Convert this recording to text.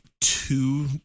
two